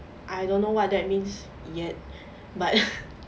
I don't know what that means yet but